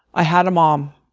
i had a mom,